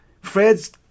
Fred's